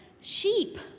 sheep